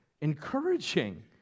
encouraging